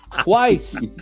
Twice